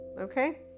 okay